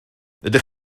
ydych